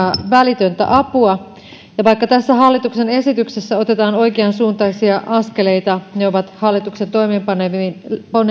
välitöntä apua ja vaikka tässä hallituksen esityksessä otetaan oikeansuuntaisia askeleita ne ovat hallituksen toimeenpanemiin